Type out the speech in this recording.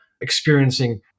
experiencing